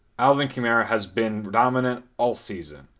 alvin kamara has been dominant all season.